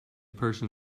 person